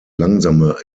langsame